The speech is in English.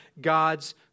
God's